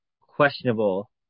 questionable